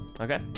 okay